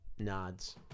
nods